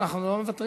אנחנו לא מוותרים.